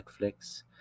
netflix